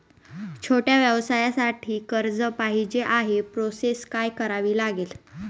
छोट्या व्यवसायासाठी कर्ज पाहिजे आहे प्रोसेस काय करावी लागेल?